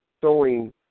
throwing